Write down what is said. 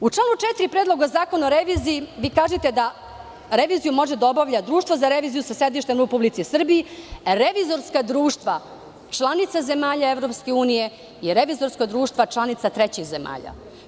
U članu 4. Predloga zakona o reviziji vi kažete da reviziju može da obavlja Društvo za reviziju sa sedištem u Republici Srbiji, revizorska društva članica zemalja EU i revizorska društva članice trećih zemalja.